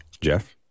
Jeff